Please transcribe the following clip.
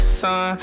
son